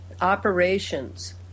operations